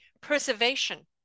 preservation